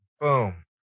Boom